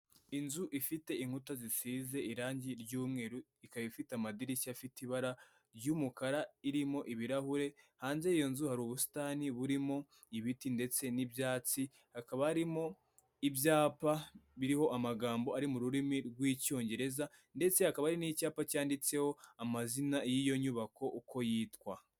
Inzu ifite inkuta zisize irangi ry'umweru, ikaba ifite amadirishya afite ibara ry'umukara, irimo ibirahure, hanze y'iyo nzu hari ubusitani burimo ibiti ndetse n'ibyatsi, hakaba harimo ibyapa biriho amagambo ari mu rurimi rw'icyongereza ndetse hakaba hari n'icyapa cyanditseho amazina y'iyo nyubako uko yitwa.